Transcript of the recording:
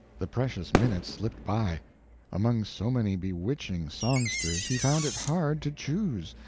the precious minutes slipped by among so many bewitching songsters he found it hard to choose,